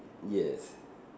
yes